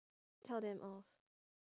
tell them off